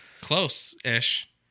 Close-ish